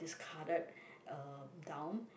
discarded uh down